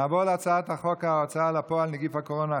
נעבור להצעת חוק ההוצאה לפועל (נגיף הקורונה החדש,